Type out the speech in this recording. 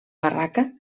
barraca